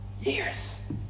years